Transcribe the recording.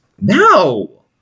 no